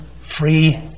free